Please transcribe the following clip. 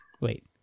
Wait